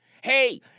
Hey